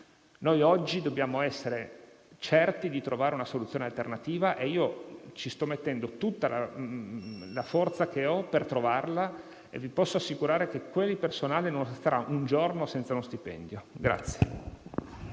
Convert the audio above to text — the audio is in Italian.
Oggi dobbiamo essere certi di trovare una soluzione alternativa e io ci sto mettendo tutta la forza che ho per trovarla e vi posso assicurare che quel personale non starà un giorno senza uno stipendio.